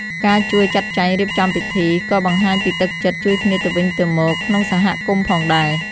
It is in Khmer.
ការជួយចាត់ចែងរៀបចំពិធី ក៏បង្ហាញពីទឹកចិត្តជួយគ្នាទៅវិញទៅមកក្នុងសហគមន៍ផងដែរ។